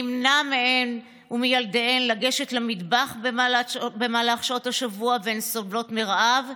נמנע מהן ומילדיהן לגשת למטבח במהלך שעות השבוע והן סובלות מרעב,